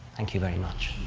thank you very much.